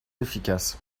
efficace